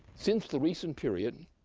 since the recent period,